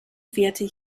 werte